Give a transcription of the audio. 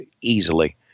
easily